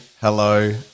Hello